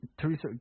Teresa